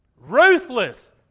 Ruthless